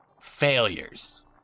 failures